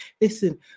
Listen